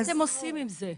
מה אתם עושים עם זה?